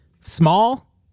small